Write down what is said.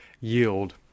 yield